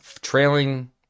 trailing